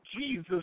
Jesus